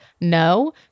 No